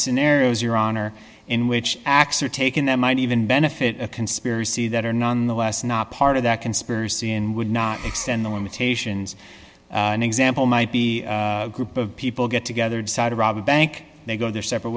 scenarios your honor in which acts are taken that might even benefit a conspiracy that are nonetheless not part of that conspiracy and would not extend the limitations an example might be a group of people get together decide to rob a bank they go their separate